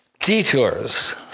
detours